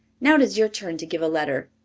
now it is your turn to give a letter.